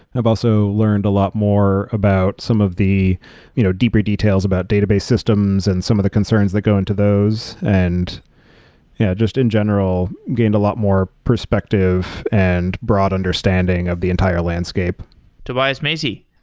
i've also learned a lot more about some of the you know deeper details about database systems and some of the concerns that go into those. and yeah just in general, gained a lot more perspective and broad understanding of the entire landscape tobias macey,